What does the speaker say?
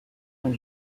when